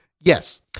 yes